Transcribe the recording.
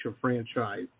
franchise